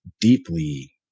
deeply